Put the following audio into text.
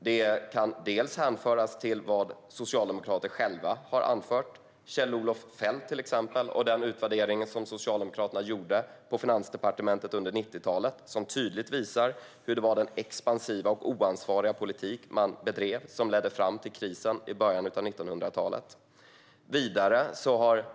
Jag kan hänvisa till vad socialdemokrater själva har anfört, till exempel Kjell-Olof Feldt. Den utvärdering som Socialdemokraterna gjorde på Finansdepartementet under 90-talet visade också tydligt hur det var den expansiva och oansvariga politik man bedrev som ledde fram till krisen i början av 90talet.